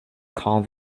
call